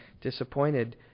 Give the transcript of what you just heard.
disappointed